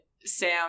sam